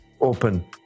open